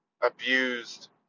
abused